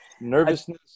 nervousness